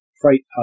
freight